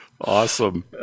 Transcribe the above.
Awesome